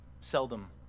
Seldom